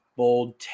Bold